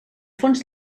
fons